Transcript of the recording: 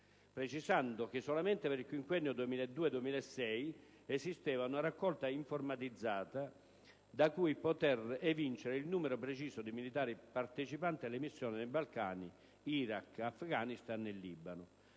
precisando che solamente per il quinquennio 2002-2006 esisteva una raccolta informatizzata da cui poter evincere il numero preciso di militari partecipanti alle missioni nei Balcani, Iraq, Afghanistan e Libano.